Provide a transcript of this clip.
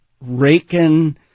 raking